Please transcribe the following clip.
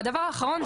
והדבר האחרון,